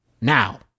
Now